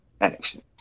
action